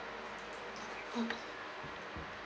mm